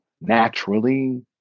naturally